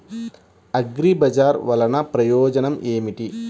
అగ్రిబజార్ వల్లన ప్రయోజనం ఏమిటీ?